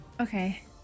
okay